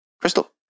crystal